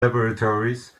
laboratories